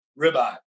ribeye